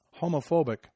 homophobic